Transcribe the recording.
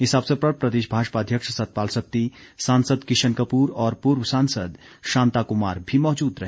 इस अवसर पर प्रदेश भाजपा अध्यक्ष सतपाल सत्ती सांसद किशन कपूर और पूर्व सांसद शांता कुमार भी मौजूद रहे